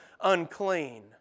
unclean